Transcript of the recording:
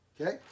okay